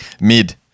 mid